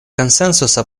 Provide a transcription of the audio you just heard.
консенсуса